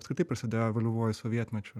apskritai prasidėjo vėlyvuoju sovietmečiu